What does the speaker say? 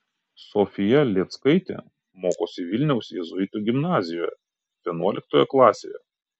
sofija lėckaitė mokosi vilniaus jėzuitų gimnazijoje vienuoliktoje klasėje